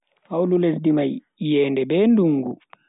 Hawlu lesdi mai iyende be dungu.